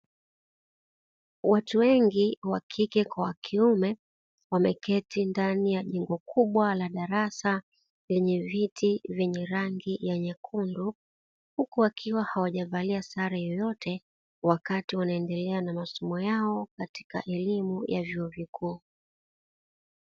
Watu wengi wakike kwa wakiume wameketi ndani ya jengo kubwa la darasa lenye viti vyenye rangi ya nyekundu, huku wakiwa hawajavalia sare yoyote wakati wanaendelea na masomo yao katika elimu ya vyuo vikuu.